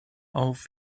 auf